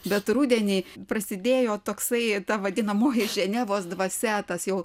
bet rudenį prasidėjo toksai ta vadinamoji ženevos dvasia tas jau